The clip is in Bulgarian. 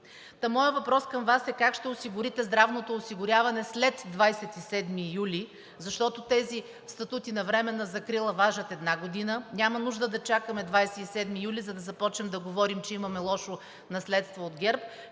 Моят въпрос към Вас е как ще осигурите здравното осигуряване след 27 юли, защото тези статути на временна закрила важат една година. Няма нужда да чакаме 27 юли, за да започнем да говорим, че имаме лошо наследство от ГЕРБ.